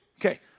Okay